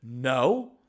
No